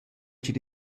chi’d